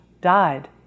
died